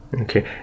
Okay